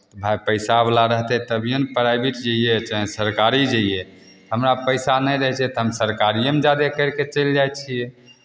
भाय पैसाबला रहतै तभिए ने प्राइभेट जइयै चाहे सरकारी जइयै हमरा पैसा नहि रहै छै तऽ हम सरकारिएमे जादा करि कऽ चलि जाइ छियै